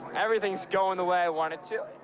everything's going the way i want it to.